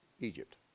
Egypt